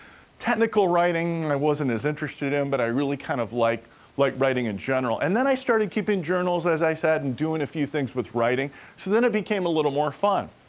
technical writing i wasn't as interested in, but i really kind of like like writing in general. and then, i started keeping journals, as i said, and doing a few things with writing, so then it became a little more fun.